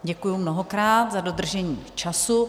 Děkuji mnohokrát za dodržení času.